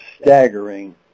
staggering